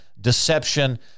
deception